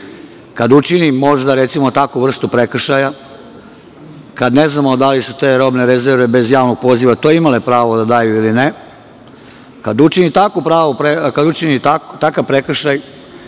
kada učini, možda, takvu vrstu prekršaja, kada ne znamo da li su te robne rezerve bez javnog poziva to imali prava da daju ili ne, kada učini takav prekršaj,